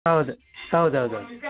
ಹೌದು ಹೌದು ಹೌದು ಹೌದು